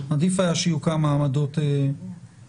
עדיף היה שיהיו כמה עמדות ממשלתיות,